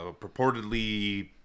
purportedly